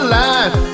life